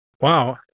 Wow